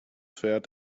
pferd